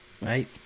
Right